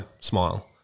smile